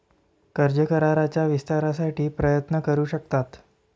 कर्ज कराराच्या विस्तारासाठी प्रयत्न करू शकतात